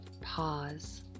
pause